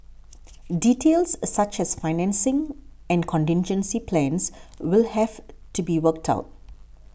details such as financing and contingency plans will have to be worked out